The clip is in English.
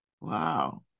Wow